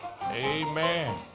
amen